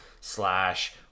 slash